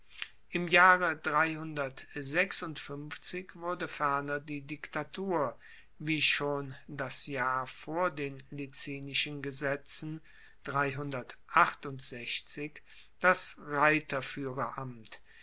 im jahre wurde ferner die diktatur wie schon das jahr vor den licinischen gesetzen das